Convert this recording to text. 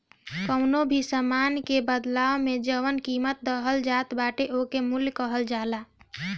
कवनो भी सामान के बदला में जवन कीमत देहल जात बाटे ओके मूल्य कहल जाला